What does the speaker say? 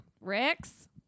Rex